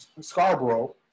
Scarborough